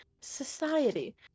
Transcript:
society